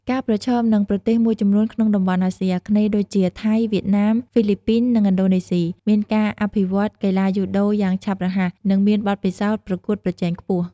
កាប្រឈមនឹងប្រទេសមួយចំនួនក្នុងតំបន់អាស៊ីអាគ្នេយ៍ដូចជា ថៃ វៀតណាម ហ្វីលីពីន និងឥណ្ឌូនេស៊ី មានការអភិវឌ្ឍន៍កីឡាយូដូយ៉ាងឆាប់រហ័ស និងមានបទពិសោធន៍ប្រកួតប្រជែងខ្ពស់ ។